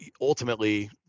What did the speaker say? ultimately